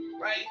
Right